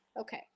Okay